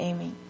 Amy